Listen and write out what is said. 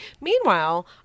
meanwhile